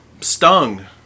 Stung